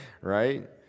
Right